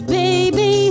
baby